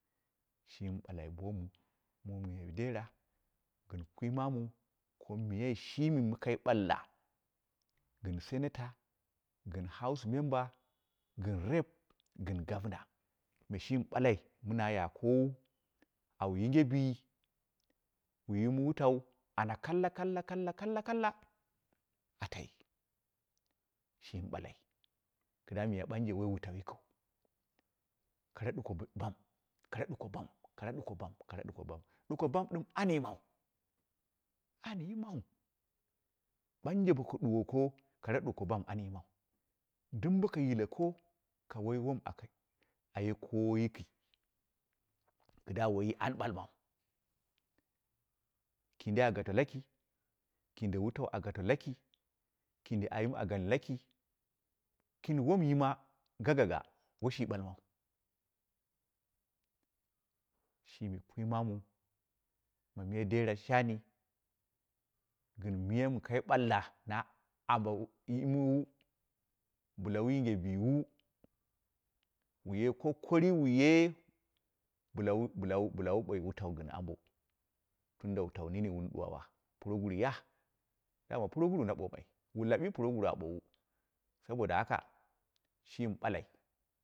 Shimi ɓalai boom ko miyai dera shim mɨ kai ɓalla gin senator, gin house member, gin rep, gɨn gimna me shimi ɓalai na ya koowu au yinge bi wu yimu wutau ana kalla kalla kalla kalla a tai. Shimi balai kidda miya ɓanje woi wutau yikiu kara ɗuko bam, kara ɗuko bam, kara ɗuko bam ɗuko bam ɗɨm an yimau, an yimau, ɓanje boko duwoko kara ɗuko bam waan yimau ɗɨm boko yileko ka wai wom aka aye koowo yiki kɨdda woiyi an ɓalmau. Kindi a gato laki, kindi wutau a gato laki, kindi ayima gan laki, kindi wom yima gaggaga woi shi ɓalmau. Shimi kwi maamu ma miya dera shani gɨn miyam kai ɓalla na aɓa yimwu bɨla wu yinge biwu wuye kokari wuye bilawu bɨla wu boi wutau ko ambo tunda wutau nini wun duwawa puroguru ya dama puroguru na ɓoomai wu lawi puroguru a boowu saboda haka shimi ɓalai.